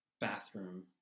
bathroom